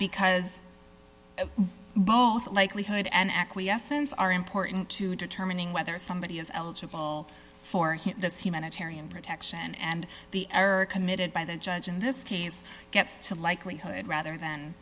because both likelihood and acquiescence are important to determining whether somebody is eligible for this humanitarian protection and the error committed by the judge in this case gets to likelihood rather than